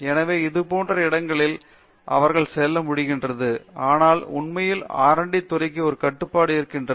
எனவே இதுபோன்ற சில இடங்களில் அவர்கள் செல்ல முடிகிறது ஆனால் அது உண்மையில் ஆர் டி R D துறைக்கு ஒரு கட்டுப்பாடாக இருக்கிறது